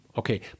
Okay